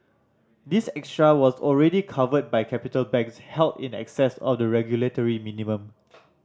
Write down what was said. this extra was already covered by capital banks held in excess of the regulatory minimum